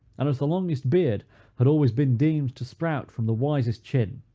and as the longest beard had always been deemed to sprout from the wisest chin,